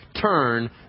turn